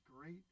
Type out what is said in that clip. great